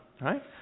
Right